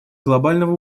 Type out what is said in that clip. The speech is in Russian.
глобального